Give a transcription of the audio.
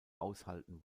aushalten